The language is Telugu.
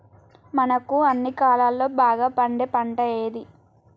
మనకు అన్ని కాలాల్లో బాగా పండే పంట ఏది?